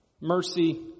mercy